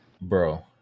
Bro